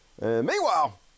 Meanwhile